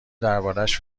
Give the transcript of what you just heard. دربارش